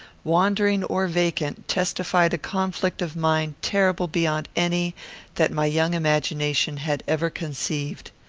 wandering or vacant, testified a conflict of mind terrible beyond any that my young imagination had ever conceived.